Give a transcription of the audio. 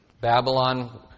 Babylon